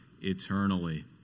eternally